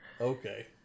Okay